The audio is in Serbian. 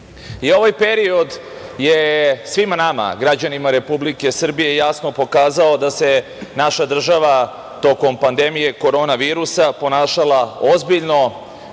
period je svima nama građanima Republike Srbije jasno pokazao da se naša država tokom pandemije korona virusa ponašala ozbiljno,